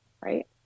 right